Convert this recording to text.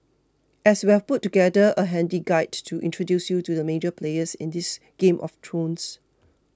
as we have put together a handy guide to introduce you to the major players in this game of thrones